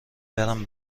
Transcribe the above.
برم